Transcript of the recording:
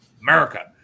America